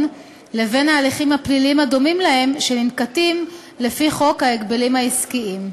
לבין ההליכים הפליליים הדומים להם שננקטים לפי חוק ההגבלים העסקיים.